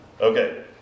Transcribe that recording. Okay